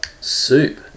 Soup